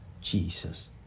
jesus